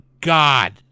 God